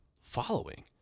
following